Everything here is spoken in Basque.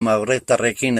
magrebtarrekin